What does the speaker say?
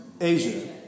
Asia